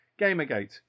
gamergate